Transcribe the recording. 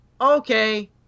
okay